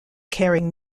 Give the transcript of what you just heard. carrying